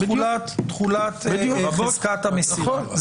תחולת חזקת המסירה.